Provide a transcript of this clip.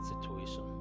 situation